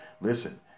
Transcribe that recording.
Listen